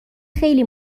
خیلی